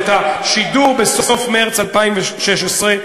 את השידור בסוף מרס 2016,